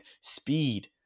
speed